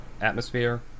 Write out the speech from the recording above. atmosphere